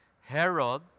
Herod